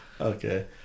Okay